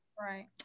right